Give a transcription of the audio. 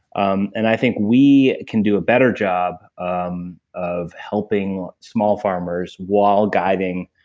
um and i think we can do a better job um of helping small farmers, while guiding.